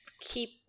keep